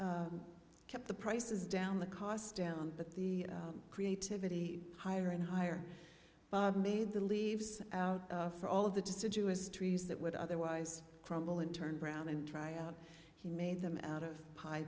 kept kept the prices down the cost down but the creativity higher and higher made the leaves out for all of the deciduous trees that would otherwise crumble and turn brown and try out he made them out of high